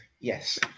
yes